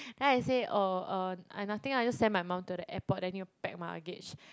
then I say oh um I nothing ah I just send my mum to the airport then need to pack my luggage